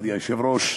מכובדי היושב-ראש.